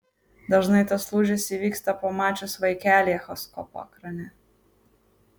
dažnai tas lūžis įvyksta pamačius vaikelį echoskopo ekrane